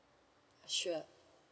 sure